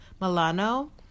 Milano